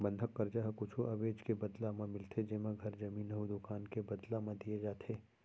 बंधक करजा ह कुछु अबेज के बदला म मिलथे जेमा घर, जमीन अउ दुकान के बदला म दिये जाथे